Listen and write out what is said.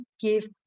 give